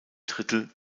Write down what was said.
drittel